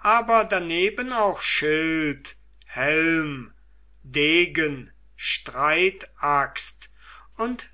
aber daneben auch schild helm degen streitaxt und